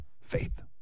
faith